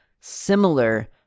similar